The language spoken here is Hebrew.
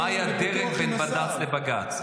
מה הדרג בין בד"ץ לבג"ץ?